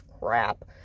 crap